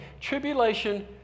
Tribulation